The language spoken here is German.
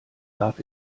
darf